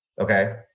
Okay